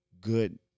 good